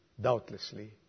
doubtlessly